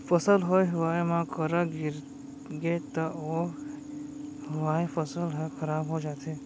फसल होए हुवाए म करा गिरगे त होए हुवाए फसल ह खराब हो जाथे